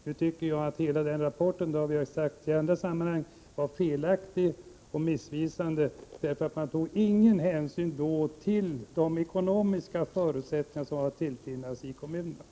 Jag tycker att hela denna rapport var — som vi har sagt i andra sammanhang — felaktig och missvisande, därför att det där inte togs någon hänsyn till de ekonomiska förutsättningarna i kommunerna.